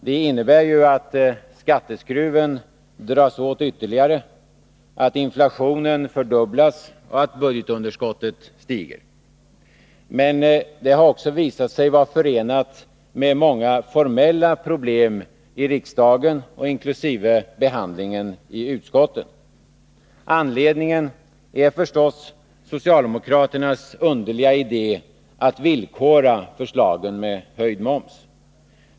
De innebär ju att skatteskruven dras åt ytterligare, att inflationen fördubblas och att budgetunderskottet stiger. Men de har också visat sig vara förenade med många formella problem i riksdagen, inkl. 109 behandlingen i utskotten. Anledning är förstås socialdemokraternas underliga idé att villkora förslagen med höjd moms.